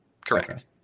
correct